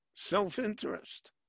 self-interest